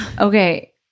Okay